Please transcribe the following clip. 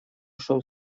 ушел